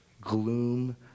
gloom